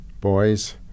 boys